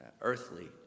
earthly